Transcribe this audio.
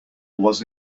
was